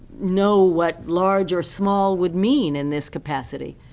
know what large or small would mean in this capacity.